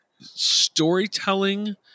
storytelling